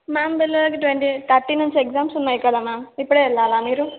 ma'am పిల్లలకి twenty thirty నుంచి exams ఉన్నాయి కదా మ్యామ్ ఇప్పుడే వెళ్ళాలా మీరు